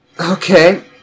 okay